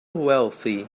wealthy